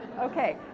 Okay